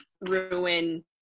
ruin